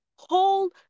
hold